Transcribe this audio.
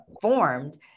Formed